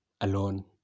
alone